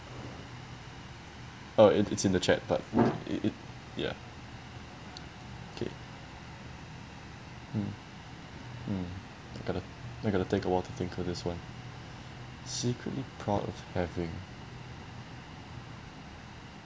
oh it it's in the chat but it it ya okay mm mm I got to I got to take awhile to think for this [one] secretly proud of having